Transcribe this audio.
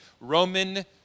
Roman